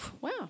Wow